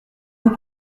vous